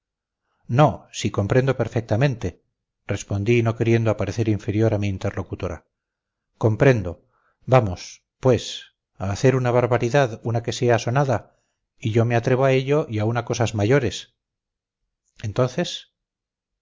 no si comprendo perfectamente respondí no queriendo aparecer inferior a mi interlocutora comprendo vamos pues a hacer una barbaridad una que sea sonada yo me atrevo a ello y aun a cosas mayores entonces